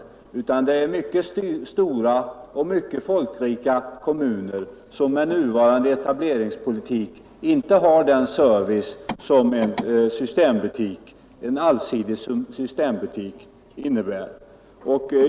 Det finns mycket stora och mycket folkrika kommuner som med nuvarande etableringspolitik inte har den service som det innebär att ha en allsidig systembutik.